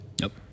Nope